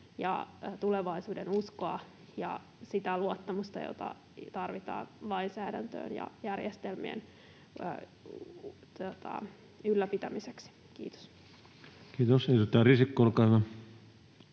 tulevaisuudenuskoa ja sitä luottamusta, jota tarvitaan lainsäädäntöön ja järjestelmien ylläpitämiseksi. — Kiitos. Kiitos.